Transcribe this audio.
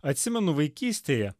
atsimenu vaikystėje